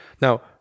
Now